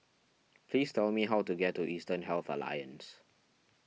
please tell me how to get to Eastern Health Alliance